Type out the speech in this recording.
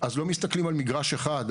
אז לא מסתכלים על מגרש אחד.